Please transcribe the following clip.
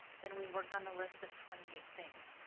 then we work on the list of twenty eight things.